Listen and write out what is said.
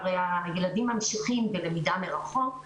הרי הילדים ממשיכים בלמידה מרחוק,